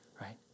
right